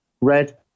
red